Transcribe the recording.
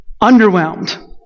underwhelmed